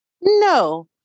No